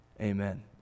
Amen